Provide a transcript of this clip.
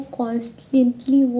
constantly